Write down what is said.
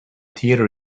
theater